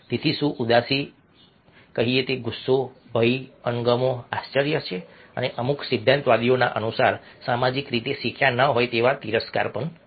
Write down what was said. તેથી શું ઉદાસી કહીએ તે ગુસ્સો ભય અણગમો આશ્ચર્ય છે અને અમુક સિદ્ધાંતવાદીઓ અનુસાર સામાજિક રીતે શીખ્યા ન હોય તેવા તિરસ્કાર પણ છે